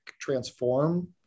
transform